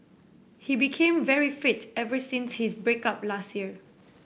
he became very fit ever since his break up last year